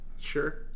Sure